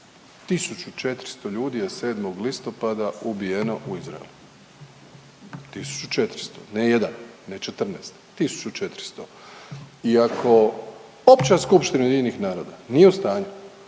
1400 ljudi je 7. listopada ubijeno u Izraelu, 1400 ne jedan ne 14, 1400 i ako Opća skupština UN-a nije u stanju